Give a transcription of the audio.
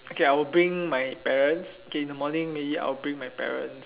okay I will bring my parents K in the morning maybe I'll bring my parents